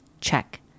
check